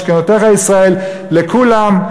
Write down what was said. משכנותיך ישראל לכולם.